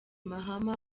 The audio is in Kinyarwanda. mahama